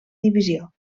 divisió